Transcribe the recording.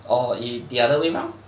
or if the other way round